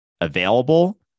available